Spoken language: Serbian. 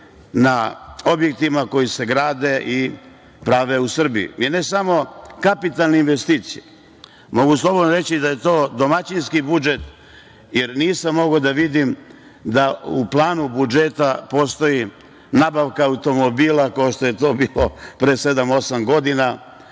na objektima koji se grade i prave u Srbiji. Ne samo kapitalne investicije. Mogu slobodno reći da je to domaćinski budžet, jer nisam mogao da vidim da u planu budžeta postoji nabavka automobila kao što je bilo pre sedam,